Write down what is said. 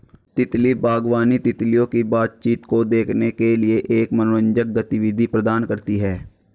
तितली बागवानी, तितलियों की बातचीत को देखने के लिए एक मनोरंजक गतिविधि प्रदान करती है